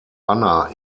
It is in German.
anna